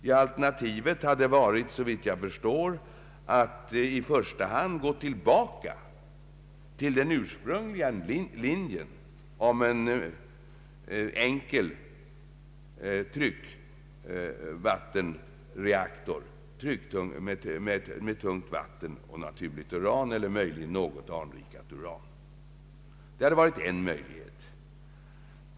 Jo, såvitt jag förstår hade alternativet varit att i första hand gå tillbaka till den ursprungliga linjen med en enkel tryckvattenreaktor med tungt vatten och naturligt uran. Det hade varit en möjlighet.